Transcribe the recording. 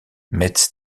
metz